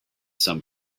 some